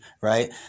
right